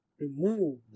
Remove